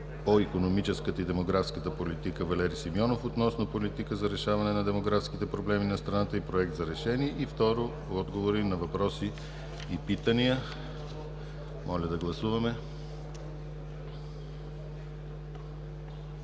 по икономическата и демографската политика Валери Симеонов относно политика за решаване на демографските проблеми на страната и Проект за решение. - Отговори на въпроси и питания. Моля да гласуваме.